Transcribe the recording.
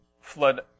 flood